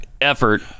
effort